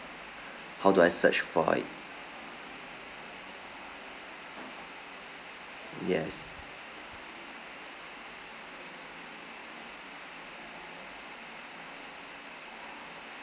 how do I search for it yes